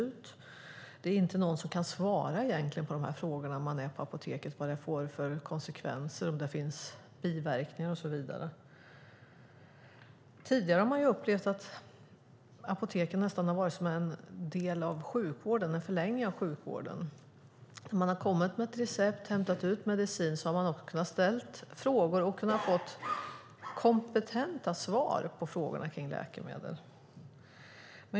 Det är egentligen inte någon som kan svara på frågorna när man är på apoteket, vilka konsekvenser det blir, om det finns biverkningar och så vidare. Tidigare har man upplevt att apoteken nästan har varit en förlängning av sjukvården. När man har kommit med ett recept och hämtat ut medicin har man också kunnat ställa frågor och få kompetenta svar på frågorna kring läkemedel.